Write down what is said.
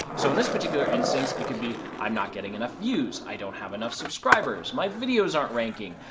so in this particular instance, it could be i'm not getting enough views, i don't have enough subscribers, my video isn't ranking,